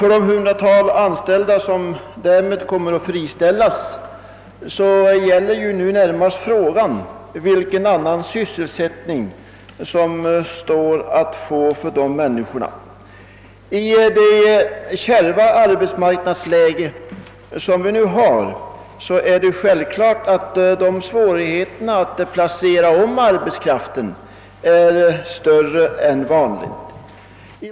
För det hundratal anställda som kommer att friställas gäller det nu närmast vilken annan sysselsättning som står att få. I det kärva arbetsmarknadsläge som råder är svårigheterna att pla «cera om arbetskraften självfallet större än vanligt.